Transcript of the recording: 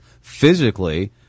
physically